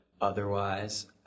Otherwise